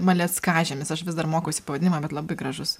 maleckažemis aš vis dar mokausi pavadinimą bet labai gražus